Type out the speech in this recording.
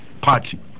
party